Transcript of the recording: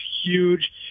huge